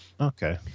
Okay